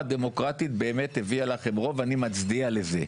אני רוצה לשאול אותה,